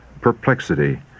perplexity